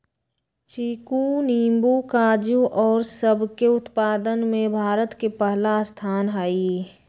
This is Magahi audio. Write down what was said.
चीकू नींबू काजू और सब के उत्पादन में भारत के पहला स्थान हई